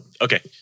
okay